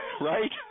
Right